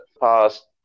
past